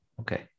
okay